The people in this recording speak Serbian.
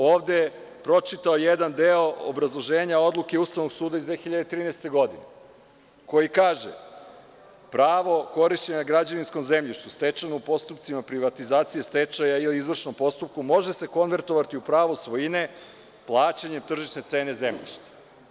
Ovde sam pročitao jedan deo obrazloženja odluke Ustavnog suda iz 2013. godine koji kaže – pravo korišćenja građevinskog zemljišta stečenog u postupcima privatizacije, stečaja, ili izvršnom postupku može se konvertovati u pravo svojine plaćanjem tržišne cene zemljišta.